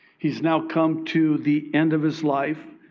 he's now come to the end of his life.